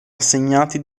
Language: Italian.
assegnati